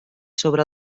sobre